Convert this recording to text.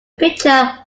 picture